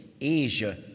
Asia